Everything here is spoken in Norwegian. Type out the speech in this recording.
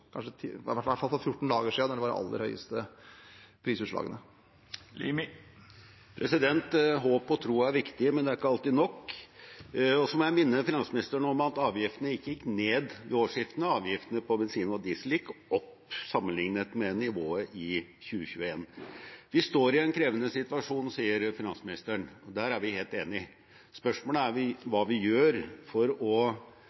hvert fall for 14 dager siden, da det var de aller høyeste prisene. Håp og tro er viktig, men det er ikke alltid nok. Jeg må minne finansministeren om at avgiftene ikke gikk ned ved årsskiftet, avgiftene på bensin og diesel gikk opp sammenlignet med nivået i 2021. Vi står i en krevende situasjon, sier finansministeren. Der er vi helt enige. Spørsmålet er hva vi